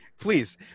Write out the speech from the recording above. Please